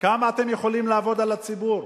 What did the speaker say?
כמה אתם יכולים לעבוד על הציבור?